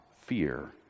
fear